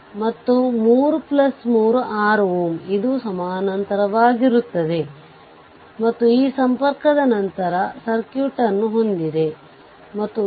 1 ಮತ್ತು 2 ಟರ್ಮಿನಲ್ ಮೂಲಕ ವಿದ್ಯುತ್ ಮೂಲವನ್ನು ಹಾಕಬಹುದು ಮತ್ತು ಸರ್ಕ್ಯೂಟ್ ಅನ್ನು ಪರಿಹರಿಸಬಹುದು